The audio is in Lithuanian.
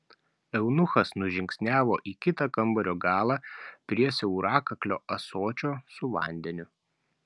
eunuchas nužingsniavo į kitą kambario galą prie siaurakaklio ąsočio su vandeniu